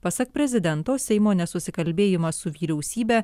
pasak prezidento seimo nesusikalbėjimas su vyriausybe